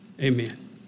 Amen